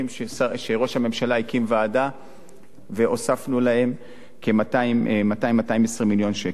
שראש הממשלה הקים ועדה והוספנו להם 200 220 מיליון שקל.